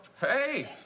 Hey